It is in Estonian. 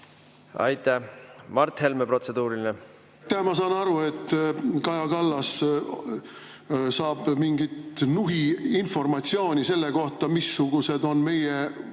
viinud. Mart Helme, protseduuriline. Aitäh! Ma saan aru, et Kaja Kallas saab mingit nuhiinformatsiooni selle kohta, missugused on meie